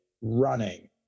running